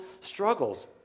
struggles